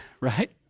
Right